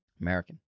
American